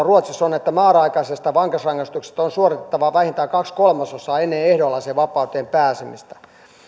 ruotsissa on että määräaikaisesta vankeusrangaistuksesta on suoritettava vähintään kaksi kolmasosaa ennen ehdonalaiseen vapauteen pääsemistä